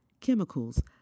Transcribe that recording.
chemicals